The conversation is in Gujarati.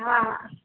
હા હા